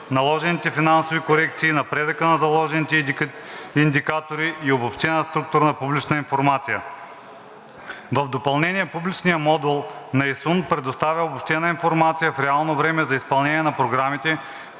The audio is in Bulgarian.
наложените финансови корекции, напредъка на заложените индикатори и обобщена структурна публична информация. В допълнение – публичният модул на ИСУН предоставя обобщена информация в реално време за изпълнение на програмите,